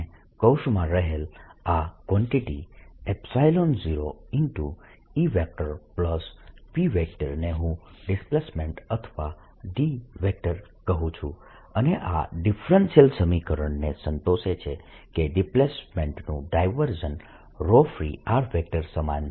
0EPfree અને કૌંસમાં રહેલ આ કવાન્ટીટી 0EP ને હું ડિસ્પ્લેસમેન્ટ અથવા D કહું છું અને આ ડિફરેન્શિયલ સમીકરણ ને સંતોષે છે કે ડિસ્પ્લેસમેન્ટનું ડાયવર્જન્સ free સમાન છે